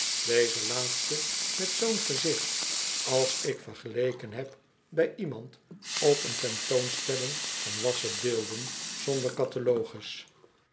deze laatste met zoo'n gezicht als ik vergeleken heb bij iemand op een tentoonstelling van wassen beelden zonder catalogus